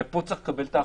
ופה צריך לקבל את ההחלטות.